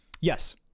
yes